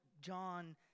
John